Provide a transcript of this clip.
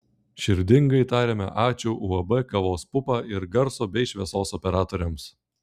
širdingai tariame ačiū uab kavos pupa ir garso bei šviesos operatoriams